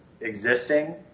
existing